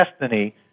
destiny